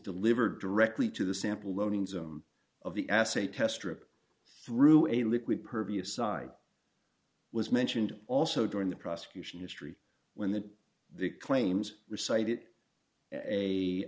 delivered directly to the sample loading zone of the assaye test rip through a liquid purview side was mentioned also during the prosecution history when the the claims recite